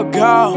go